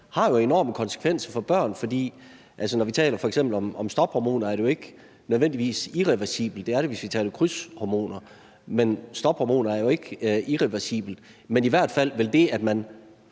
har jo enorme konsekvenser for børn, for når vi f.eks. taler om stophormoner, er det jo ikke nødvendigvis irreversibelt – det er det, hvis vi taler om krydshormoner, men stophormonbehandling er jo ikke irreversibel. Men i hvert fald vil det, at man